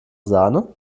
sahne